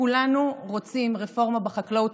כולנו רוצים רפורמה בחקלאות.